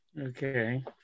okay